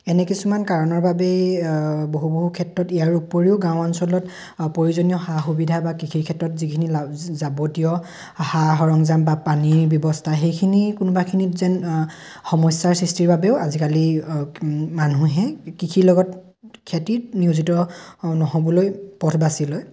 এনে কিছুমান কাৰণৰ বাবেই বহু বহু ক্ষেত্ৰত ইয়াৰ উপৰিও গাঁও অঞ্চলত প্ৰয়োজনীয় সা সুবিধা বা কৃষিৰ ক্ষেত্ৰত যিখিনি যাৱতীয় সা সৰঞ্জাম বা পানীৰ ব্যৱস্থা সেইখিনি কোনোবাখিনিত যেন সমস্যাৰ সৃষ্টিৰ বাবেও আজিকালি মানুহে কৃষিৰ লগত খেতিত নিয়োজিত নহ'বলৈ পথ বাচি লয়